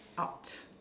!ouch!